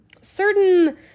certain